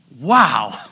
wow